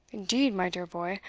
indeed, my dear boy,